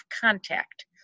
Contact